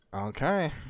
Okay